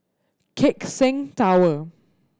Keck Seng Tower